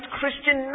Christian